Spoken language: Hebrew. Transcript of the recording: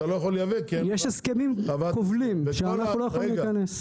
אתה לא יכול לייבא כי -- יש הסכמים כובלים שאנחנו לא יכולים להיכנס.